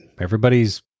everybody's